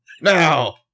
now